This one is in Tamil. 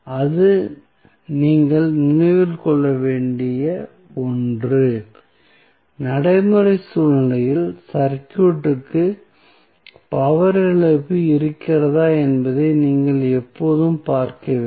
இது நீங்கள் நினைவில் கொள்ள வேண்டிய ஒன்று நடைமுறை சூழ்நிலையில் சர்க்யூட்க்கு பவர் இழப்பு இருக்கிறதா என்பதை நீங்கள் எப்போதும் பார்க்க வேண்டும்